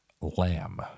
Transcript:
Lamb